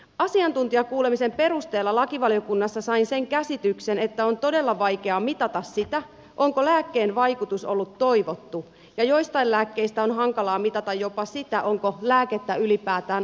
asiantuntijakuulemisen perusteella lakivaliokunnassa sain sen käsityksen että on todella vaikea mitata sitä onko lääkkeen vaikutus ollut toivottu ja joistain lääkkeistä on hankalaa mitata jopa sitä onko lääkettä ylipäätään otettu